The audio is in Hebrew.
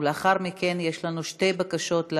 ולאחר מכן יש לנו שתי בקשות,